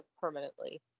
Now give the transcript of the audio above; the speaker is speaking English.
permanently